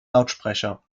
lautsprecher